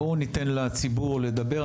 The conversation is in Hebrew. בואו ניתן לציבור לדבר,